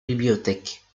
bibliothèques